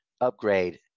upgrade